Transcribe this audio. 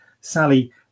Sally